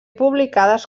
publicades